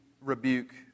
rebuke